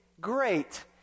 great